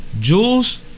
Jules